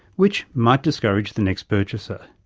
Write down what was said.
which might discourage the next purchaser.